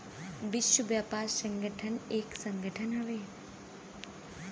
विश्व व्यापार संगठन एक संगठन हउवे